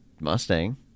Mustang